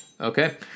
Okay